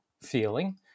feeling